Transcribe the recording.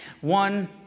one